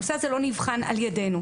הנושא הזה לא נבחן על ידינו.